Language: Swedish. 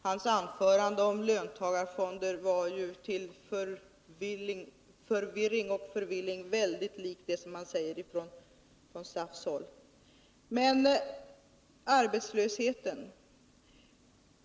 Hans anförande om löntagarfonder var ju till förvirring och ”förvillning” likt det man säger från SAF-håll. Så till frågan om arbetslösheten.